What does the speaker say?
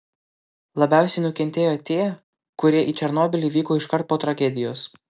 labiausiai nukentėjo tie kurie į černobylį vyko iškart po tragedijos